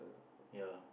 ya